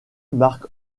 marque